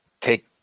take